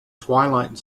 twilight